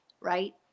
right